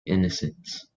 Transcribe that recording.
innocence